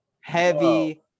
heavy